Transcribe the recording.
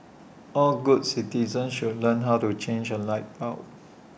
all good citizens should learn how to change A light bulb